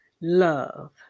love